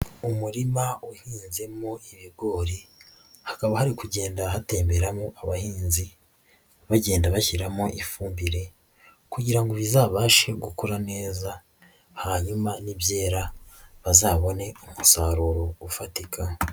Umurima uhinzemo ibigori, hakaba hari kugenda hatemberamo abahinzi bagenda bashyiramo ifumbire kugira ngo bizabashe gukora neza hanyuma nibyera bazabone umusaruro ufatika.